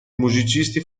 musicisti